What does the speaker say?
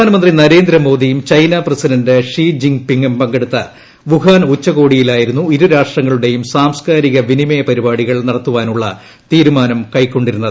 പ്രധാന മന്ത്രി നരേന്ദ്രമോദിയും ചൈന പ്രസിഡന്റ് ഷി ജിം പിങ്ങും പങ്കെടുത്ത വുഹാൻ ഉച്ചകോടിയിലായിരുന്നു ഇരുരാഷ്ട്രങ്ങളു ടേയും സാംസ്കാരിക വിനിമയ പരിപാടികൾ നടത്തുവാനുള്ള തീരുമാനം കൈക്കൊണ്ടിരുന്നത്